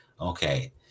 okay